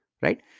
right